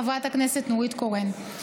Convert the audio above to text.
חברת הכנסת נורית קורן.